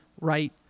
right